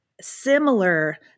similar